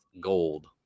gold